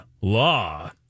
Law